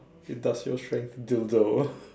industrial strength dildo